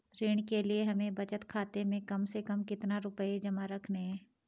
ऋण के लिए हमें बचत खाते में कम से कम कितना रुपये जमा रखने हैं?